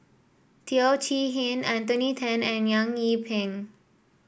Teo Chee Hean Anthony Then and Eng Yee Peng